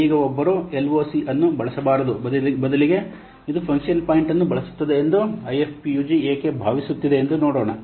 ಈಗ ಒಬ್ಬರು LOC ಅನ್ನು ಬಳಸಬಾರದು ಬದಲಿಗೆ ಇದು ಫಂಕ್ಷನ್ ಪಾಯಿಂಟ್ ಅನ್ನು ಬಳಸುತ್ತದೆ ಎಂದು IFPUG ಏಕೆ ಭಾವಿಸುತ್ತಿದೆ ಎಂದು ನೋಡೋಣ